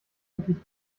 wirklich